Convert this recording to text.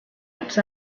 its